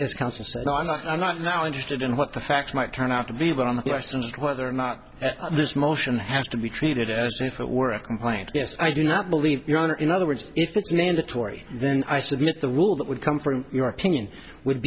last i'm not now interested in what the facts might turn out to be but on the questions whether or not this motion has to be treated as if it were a complaint yes i do not believe your honor in other if it's mandatory then i submit the rule that would come from your opinion would